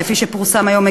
כפי שפורסם היום,